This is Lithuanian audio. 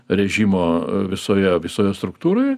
režimo visoje visoje struktūroje